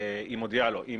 היא מודיעה לו אם